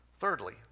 Thirdly